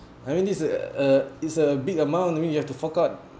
I mean this is uh is a big amount you mean you have to fork out